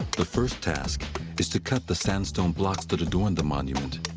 the first task is to cut the sandstone blocks that adorn the monument.